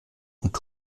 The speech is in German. und